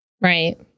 Right